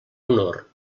honor